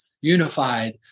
unified